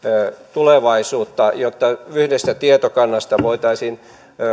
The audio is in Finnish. tulevaisuutta jotta yhdestä tietokannasta voitaisiin